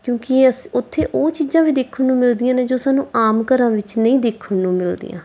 ਕਿਉਂਕਿ ਅਸ ਉੱਥੇ ਉਹ ਚੀਜ਼ਾਂ ਵੀ ਦੇਖਣ ਨੂੰ ਮਿਲਦੀਆਂ ਨੇ ਜੋ ਸਾਨੂੰ ਆਮ ਘਰਾਂ ਵਿੱਚ ਨਹੀਂ ਦੇਖਣ ਨੂੰ ਮਿਲਦੀਆਂ